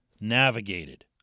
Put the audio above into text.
navigated